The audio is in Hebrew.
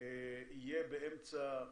יהיה באמצע 2021,